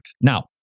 Now